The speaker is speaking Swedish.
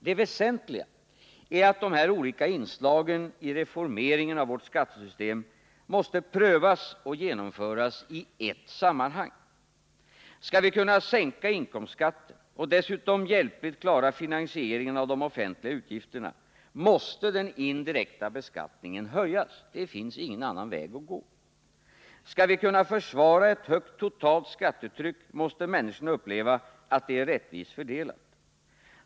Det väsentliga är att dessa olika inslag i reformeringen av vårt skattesystem måste prövas i ett sammanhang. Skall vi kunna sänka inkomstskatten och dessutom hjäpligt klara finansieringen av de offentliga utgifterna måste den indirekta beskattningen höjas — det finns ingen annan väg att gå. Skall vi kunna försvara ett högt totalt skattetryck måste människorna uppleva att det är rättvist fördelat.